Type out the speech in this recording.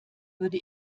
würde